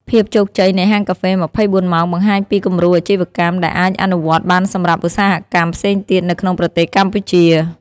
ភាពជោគជ័យនៃហាងកាហ្វេ ២៤ ម៉ោង បង្ហាញពីគំរូអាជីវកម្មដែលអាចអនុវត្តបានសម្រាប់ឧស្សាហកម្មផ្សេងទៀតនៅក្នុងប្រទេសកម្ពុជា។